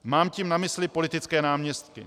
Mám tím na mysli politické náměstky.